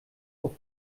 auf